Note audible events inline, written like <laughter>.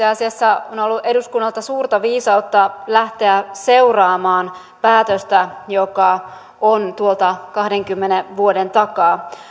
<unintelligible> asiassa on ollut eduskunnalta suurta viisautta lähteä seuraamaan päätöstä joka on tuolta kahdenkymmenen vuoden takaa